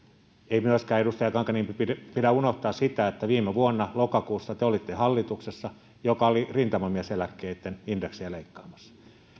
ei myöskään edustaja kankaanniemi pidä pidä unohtaa sitä että viime vuonna lokakuussa te olitte hallituksessa joka oli rintamamieseläkkeitten indeksejä leikkaamassa